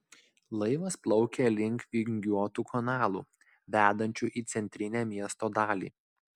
laivas plaukė link vingiuotų kanalų vedančių į centrinę miesto dalį